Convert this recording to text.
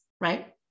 right